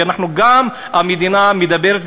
כי גם המדינה מדברת,